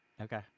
Okay